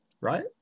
right